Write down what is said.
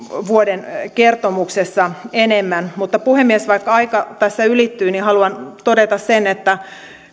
vuoden kertomuksessa enemmän puhemies vaikka aika tässä ylittyy niin haluan todeta sen että